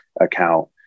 account